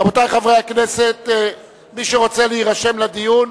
רבותי חברי הכנסת, מי שרוצה להירשם לדיון,